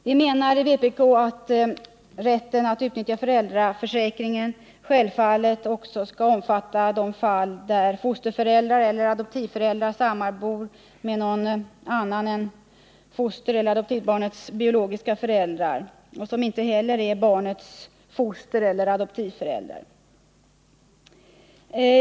Vi menar i vpk att rätten att utnyttja föräldraförsäkringen självfallet också skall omfatta de fall när fosterförälder eller adoptivförälder sammanbor med någon annan än fostereller adoptivbarnets biologiska förälder — och som inte heller är barnets fostereller adoptivförälder.